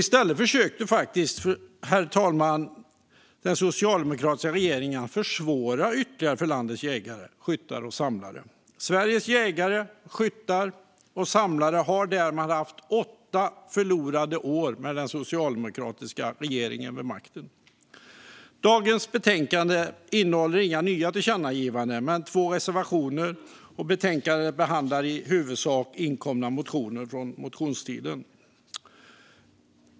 I stället försökte den socialdemokratiska regeringen att ytterligare försvåra för landets jägare, skyttar och samlare. Sveriges jägare, skyttar och samlare har därmed haft åtta förlorade år med den socialdemokratiska regeringen vid makten. Dagens betänkande innehåller inga nya tillkännagivanden men två reservationer. Betänkandet behandlar i huvudsak inkomna motioner från motionstiden.